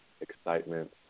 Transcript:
excitement